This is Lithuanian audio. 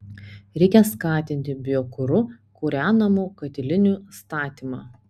reikia skatinti biokuru kūrenamų katilinių statymą